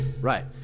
Right